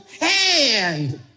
hand